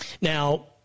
Now